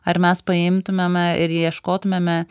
ar mes paimtumėme ir ieškotumėme